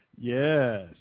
Yes